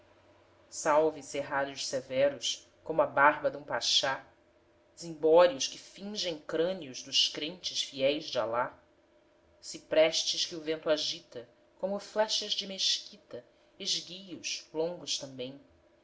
stambul salve serralhos severos como a barba dum paxá zimbórios que fingem crânios dos crentes fiéis de alá ciprestes que o vento agita como flechas de mesquita esguios longos também